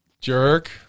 Jerk